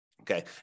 Okay